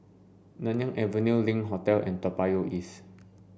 Nanyang Avenue Link Hotel and Toa Payoh East